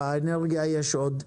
ובמשרד האנרגיה יש עוד.